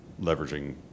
leveraging